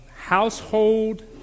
Household